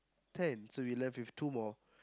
ten so we left with two more